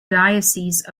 diocese